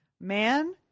Man